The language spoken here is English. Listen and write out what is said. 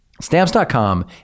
Stamps.com